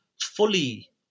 fully